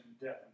death